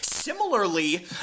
Similarly